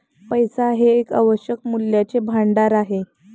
पैसा हे एक आवश्यक मूल्याचे भांडार आहे